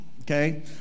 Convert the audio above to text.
Okay